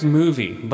movie